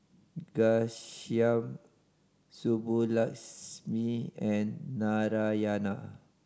Ghanshyam Subbulakshmi and Narayana